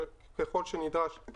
וככל שנדרש הוא